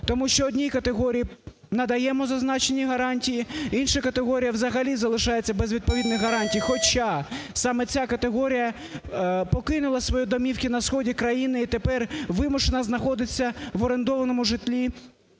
Тому що одній категорії надаємо зазначені гарантії, іншій категорії взагалі залишається без відповідних гарантій. Хоча саме ця категорія покинула свої домівки на сході країни і тепер вимушена знаходитись в орендованому житлі